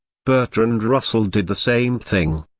bertrand russell did the same thing.